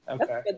Okay